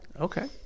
Okay